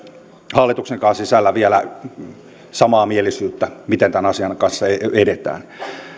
hallituksenkaan sisällä vielä samanmielisyyttä miten tämän asian kanssa edetään